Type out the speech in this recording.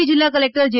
મોરબી જિલ્લા કલેક્ટર જે